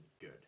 good